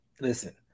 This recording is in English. Listen